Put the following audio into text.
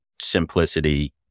simplicity